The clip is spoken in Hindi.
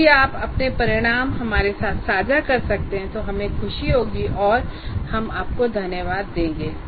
यदि आप अपने परिणाम हमारे साथ साझा कर सकते हैं तो हमें खुशी होगी और हम आपको धन्यवाद देंगे